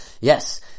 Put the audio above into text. Yes